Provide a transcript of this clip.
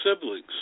siblings